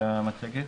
בבקשה.